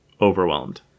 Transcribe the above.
overwhelmed